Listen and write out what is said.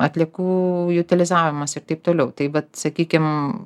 atliekų jutilizavimas ir taip toliau tai vat sakykim